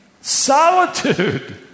solitude